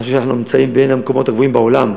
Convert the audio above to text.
אני חושב שאנחנו נמצאים בין המקומות הגבוהים בעולם,